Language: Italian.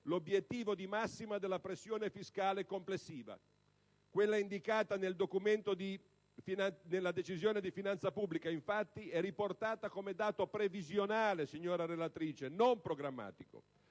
l'obiettivo di massima della pressione fiscale complessiva? Quella indicata nella Decisione di finanza pubblica, infatti, è riportata come dato previsionale, signora relatrice, e non programmatico: